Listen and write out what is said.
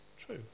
true